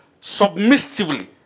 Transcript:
submissively